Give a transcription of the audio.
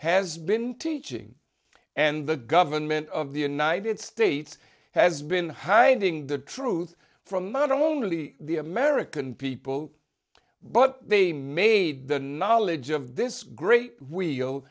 has been teaching and the government of the united states has been hiding the truth from not only the american people but they made the knowledge of this great wheel